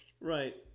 Right